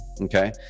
okay